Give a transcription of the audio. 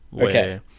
Okay